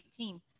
18th